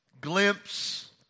glimpse